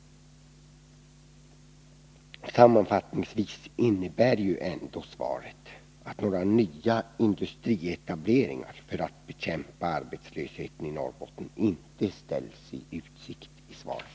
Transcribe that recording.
Sammanfattningsvis kan sägas att några nya industrietableringar för att bekämpa arbetslösheten i Norrbotten inte ställs i utsikt i svaret.